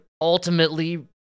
ultimately